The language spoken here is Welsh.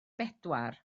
bedwar